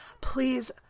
Please